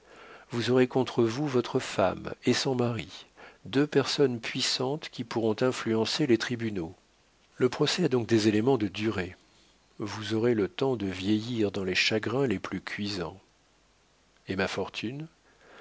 vous aurez contre vous votre femme et son mari deux personnes puissantes qui pourront influencer les tribunaux le procès a donc des éléments de durée vous aurez le temps de vieillir dans les chagrins les plus cuisants et ma fortune